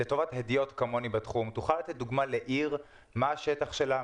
לטובת הדיוט כמוני בתחום תוכל לתת דוגמה לעיר: מה השטח שלה,